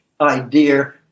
idea